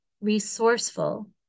resourceful